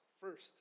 first